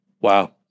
Wow